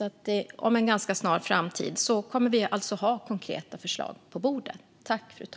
I en ganska snar framtid kommer vi alltså att ha konkreta förslag på bordet.